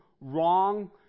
wrong